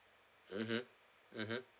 mmhmm mmhmm